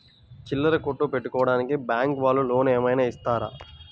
చిల్లర కొట్టు పెట్టుకోడానికి బ్యాంకు వాళ్ళు లోన్ ఏమైనా ఇస్తారా?